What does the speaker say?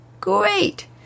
great